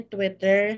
Twitter